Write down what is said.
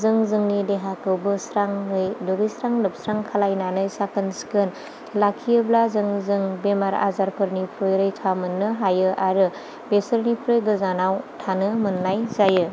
जों जोंनि देहाखौ बोस्राङै दुगैस्रा लोबस्रां खालामनानै साखोन सिखोन लाखियोब्ला जों जों बेमार आजारफोरनिफ्राय रैखा मोननो हायो आरो बेसोरनिफ्राय गोजानाव थानो मोननाय जायो